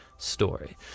story